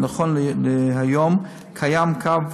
ונכון להיום קיים קו